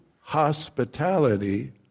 hospitality